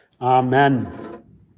Amen